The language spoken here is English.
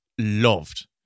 loved